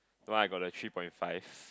no I got a three point five